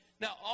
Now